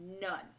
None